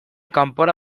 kanpora